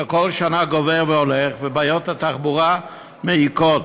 זה כל שנה גובר, ובעיות התחבורה מעיקות.